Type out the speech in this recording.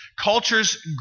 culture's